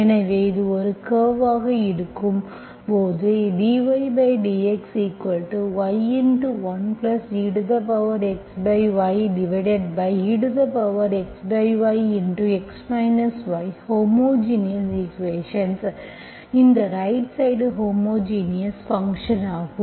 எனவே ஒரு க்கர்வாக இருக்கும் போது எனவே dydxy 1exyexy x y homogeneous equation இந்த ரைட் சைடு ஹோமோஜினியஸ் ஃபங்க்ஷன் ஆகும்